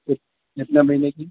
کتنے مہینے کی